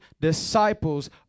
disciples